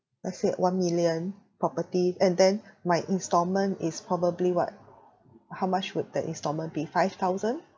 let's say one million property and then my instalment is probably what how much would the instalment be five thousand